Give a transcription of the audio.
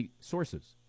sources